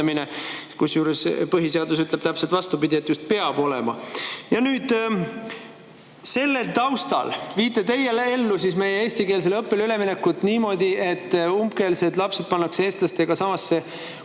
Kusjuures põhiseadus ütleb täpselt vastupidi, et just peab olema. Ja nüüd sellel taustal viite te ellu meie eestikeelsele õppele üleminekut niimoodi, et umbkeelsed lapsed pannakse eestlastega samasse kooli,